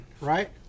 right